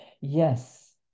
Yes